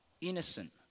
innocent